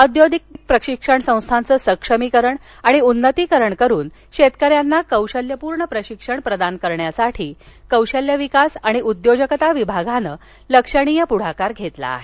औद्योगिक प्रशिक्षण संस्थांचं सक्षमीकरण आणि उन्नतीकरण करून शेतकऱ्यांना कौशल्यपूर्ण प्रशिक्षण प्रदान करण्यासाठी कौशल्य विकास आणि उदयोजकता विभागानं लक्षणीय पुढाकार घेतला आहे